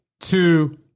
two